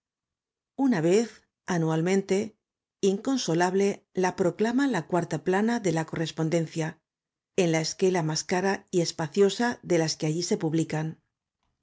una vez anualmente inconsolable la proclama la cuarta plana de la correspondencia en la esquela más cara y e s paciosa de las que allí se publican